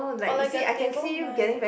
oh like a table my